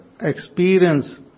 experience